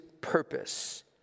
purpose